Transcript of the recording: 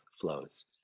flows